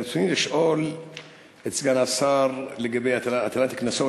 רצוני לשאול את סגן השר לגבי הטלת הקנסות.